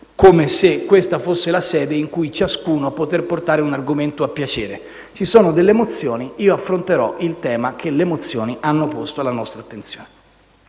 come se questa fosse la sede in cui ciascuno può portare un argomento a piacere: ci sono delle mozioni e io affronterò il tema che le mozioni hanno posto alla nostra attenzione.